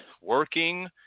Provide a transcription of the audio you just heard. working